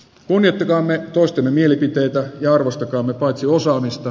unelmamme toistemme mielipiteitä ja arvostetun kiusaamista